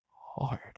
hard